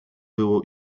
było